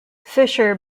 fisher